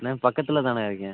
அண்ணன் பக்கத்தில் தாண்ண இருக்கேன்